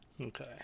Okay